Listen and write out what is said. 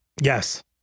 yes